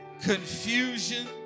confusion